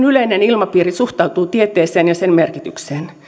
yleinen ilmapiiri suhtautuu tieteeseen ja sen merkitykseen